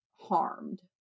harmed